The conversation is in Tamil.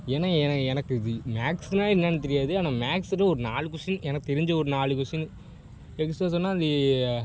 ஏன்னால் என எனக் எனக்கு இது மேக்ஸ்னால் என்னெனு தெரியாது ஆனால் மேக்ஸில் ஒரு நாலு கொஸ்டின் எனக்கு தெரிஞ்ச ஒரு நாலு கொஸ்டின் எக்சாட்டாக சொன்னால்